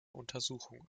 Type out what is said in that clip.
untersuchung